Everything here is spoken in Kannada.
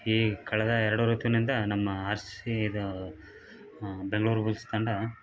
ಈ ಕಳೆದ ಎರಡು ಋತುವಿನಿಂದ ನಮ್ಮ ಆರ್ ಸಿ ಇದು ಬೆಂಗಳೂರು ಬುಲ್ಸ್ ತಂಡ